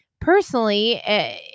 personally